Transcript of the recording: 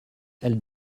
elles